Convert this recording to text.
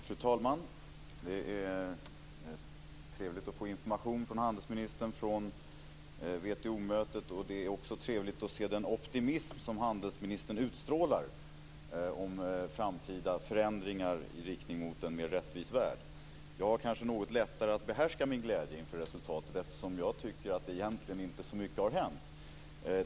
Fru talman! Det är trevligt att få information från handelsministern från WTO-mötet. Det är också trevligt att se den optimism som handelsministern utstrålar om framtida förändringar i riktning mot en mer rättvis värld. Jag har kanske något lättare att behärska min glädje inför resultatet. Jag tycker egentligen inte att så mycket har hänt.